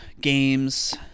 games